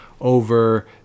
over